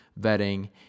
vetting